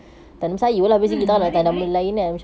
mm menarik menarik